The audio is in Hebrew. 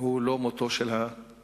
הוא לא מותו של המחבל.